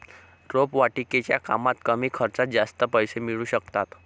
रोपवाटिकेच्या कामात कमी खर्चात जास्त पैसे मिळू शकतात